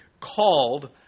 called